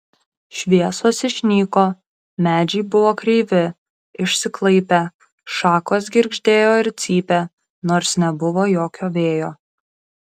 šviesos išnyko medžiai buvo kreivi išsiklaipę šakos girgždėjo ir cypė nors nebuvo jokio vėjo